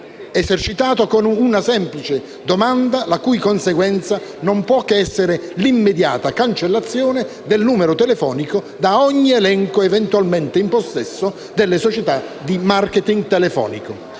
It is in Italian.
esercitato con una semplice domanda, la cui conseguenza non può che essere l'immediata cancellazione del numero telefonico da ogni elenco eventualmente in possesso delle società di *marketing* telefonico.